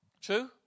True